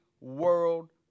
world